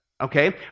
Okay